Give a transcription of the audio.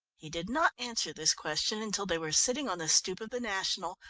he did not answer this question until they were sitting on the stoep of the national,